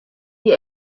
die